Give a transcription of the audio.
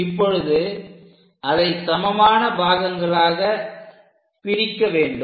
இப்பொழுது அதை சமமான பாகங்களாகப் பிரிக்க வேண்டும்